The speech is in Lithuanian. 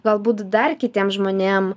galbūt dar kitiem žmonėm